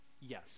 Yes